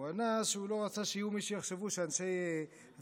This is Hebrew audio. הוא ענה שהוא לא רצה שיהיו מי שיחשבו שאנשי הצבא